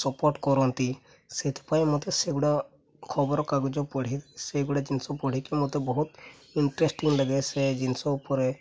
support କରନ୍ତି ସେଥିପାଇଁ ମୋତେ ସେଗୁଡ଼ା ଖବରକାଗଜ ପଢ଼ି ସେଗୁଡ଼ା ଜିନିଷ ପଢ଼ିକି ମୋତେ ବହୁତ ଇଣ୍ଟରେଷ୍ଟ୍ଟିଂ ଲାଗେ ସେ ଜିନିଷ ଉପରେ